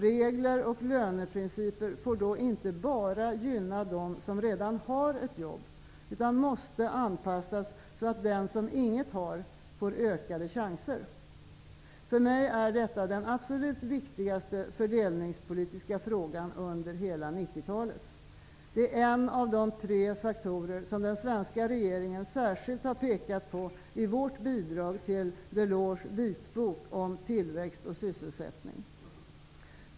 Regler och löneprinciper får då inte bara gynna dem som redan har ett jobb utan måste anpassas så att den som inget har får ökade chanser. För mig är detta den absolut viktigaste fördelningspolitiska frågan under hela 90-talet. Det är en av de tre faktorer som den svenska regeringen särskilt har pekat på i vårt bidrag till Delors vitbok om tillväxt och sysselsättning.